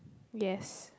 yes